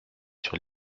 sur